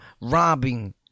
robbing